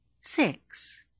Six